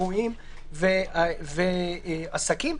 אירועים ועסקים,